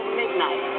midnight